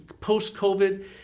post-COVID